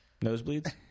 Nosebleeds